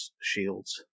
shields